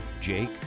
Jake